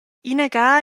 inaga